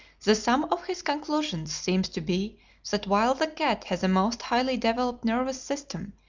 the sum of his conclusions seems to be that while the cat has a most highly developed nervous system,